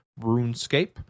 RuneScape